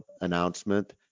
announcement